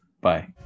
bye